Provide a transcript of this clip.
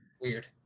Weird